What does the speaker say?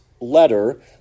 letter